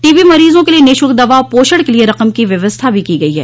TB मरीजों के लिए निःशुल्क दवा और पोषण के लिए रकम की व्यवस्था भी की गई है